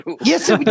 Yes